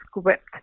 script